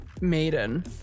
Maiden